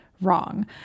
wrong